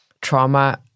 trauma